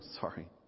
sorry